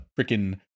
freaking